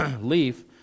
leaf